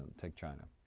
take china,